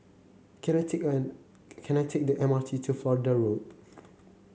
can I take an can I take the M R T to Florida Road